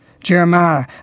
Jeremiah